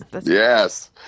Yes